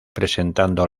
presentando